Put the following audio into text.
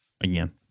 Again